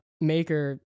Maker